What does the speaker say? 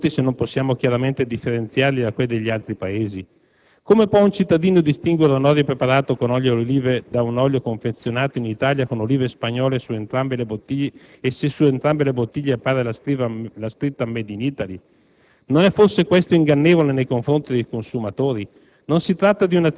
Tutto ciò appare privo di significato: come possiamo proteggere i nostri prodotti se non possiamo chiaramente differenziarli da quelli degli altri Paesi? Come può un cittadino distinguere un olio preparato con olive italiane da un olio confezionato in Italia con olive spagnole se su entrambe le bottiglie appare la scritta *made in Italy*?